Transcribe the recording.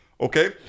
okay